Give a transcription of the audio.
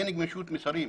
אין גמישות משרים,